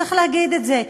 צריך להגיד את זה,